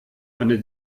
eine